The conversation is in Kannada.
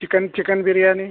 chicken chicken biryani